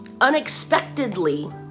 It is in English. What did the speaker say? unexpectedly